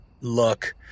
look